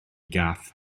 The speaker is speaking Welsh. gath